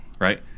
right